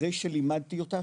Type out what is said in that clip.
אחרי שלימדתי אותה,